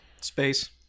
Space